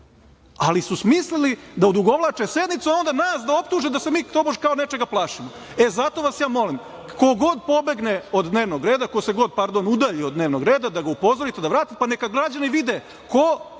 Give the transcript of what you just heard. litijumu. Smislili su da odugovlače sednicu, a onda nas da optuže da mi se tobož, kao nečega plašimo. Zato vas ja molim. Ko god pomogne od dnevnog reda, ko se god udalji od dnevnog reda, da ga upozorite, da vrati, pa neka građani vide ko